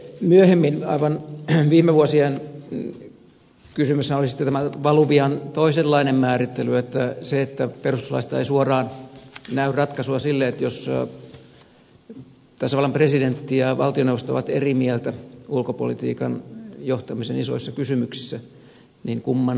myöhemmin aivan viime vuosien kysymyshän oli sitten tämä valuvian toisenlainen määrittely että perustuslaista ei suoraan näy ratkaisua sille jos tasavallan presidentti ja valtioneuvosto ovat eri mieltä ulkopolitiikan johtamisen isoissa kysymyksissä kumman sana voittaa